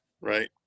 right